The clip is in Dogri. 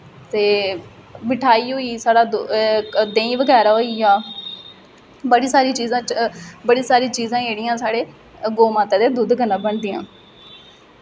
ते मिठाई होई ते साढ़ा देहीं बगैरा होइया बड़ी सारी चीज़ां बड़ी सारी चीज़ां जेह्ड़ियां न साढ़े गौऽ माता दे दुद्ध कन्नै बनदियां